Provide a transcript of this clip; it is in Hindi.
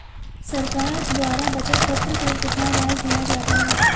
सरकार द्वारा बचत पत्र पर कितना ब्याज दिया जाता है?